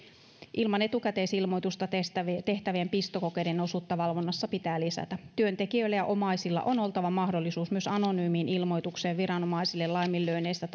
ilman etukäteisilmoitusta tehtävien tehtävien pistokokeiden osuutta valvonnassa pitää lisätä työntekijöillä ja omaisilla on oltava mahdollisuus myös anonyymiin ilmoitukseen viranomaisille laiminlyönneistä